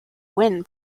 win